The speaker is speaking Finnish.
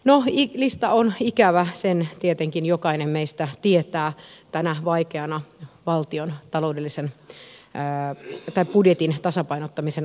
noh lista on ikävä sen tietenkin jokainen meistä tietää tänä vaikeana valtion budjetin tasapainottamisen aikana